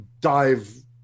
dive